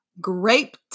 grape